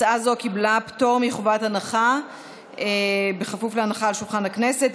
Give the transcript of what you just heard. הצעה זו קיבלה פטור מחובת הנחה בכפוף להנחה על שולחן הכנסת.